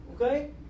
Okay